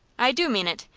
i do mean it,